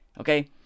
okay